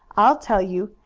i'll tell you.